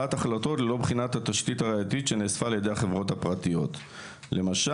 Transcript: קבלת החלטות ללא בחינת התשתית הראייתית שנאספה ע"י החברות הפרטיות למשל,